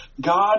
God